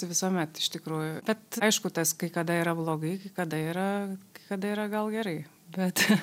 visuomet iš tikrųjų bet aišku tas kai kada yra blogai kai kada yra kai kada yra gal gerai bet